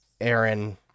Aaron